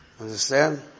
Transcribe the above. Understand